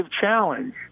challenge